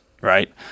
right